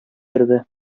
торды